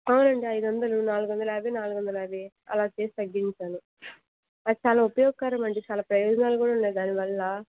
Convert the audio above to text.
అవునండి ఐదు వందలు నాలుగు వందల యాభై నాలుగు వందల యాభై అలా చేసి తగ్గించాను అది చాలా ఉపయోగకరం అండి చాలా ప్రయోజనాలు కూడా ఉన్నాయి దానివల్ల